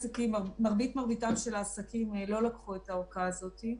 מרבית העסקים לא לקחו את הארכה הזו,